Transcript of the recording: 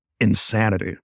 insanity